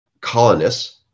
colonists